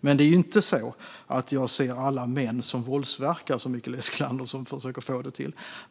Det är inte så att jag ser alla män som våldsverkare, som Mikael Eskilandersson försöker få det till.